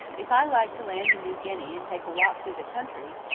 if i like to land in new guinea, and take a walk through the country,